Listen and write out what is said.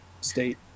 state